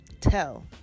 Tell